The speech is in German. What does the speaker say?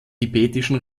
tibetischen